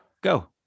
go